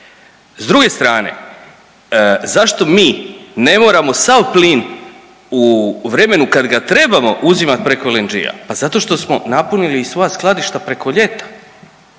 S druge strane zašto mi ne moramo sav plin u vremenu kad ga trebamo uzimati preko LNG-a, pa zato što smo napunili i svoja skladišta preko ljeta.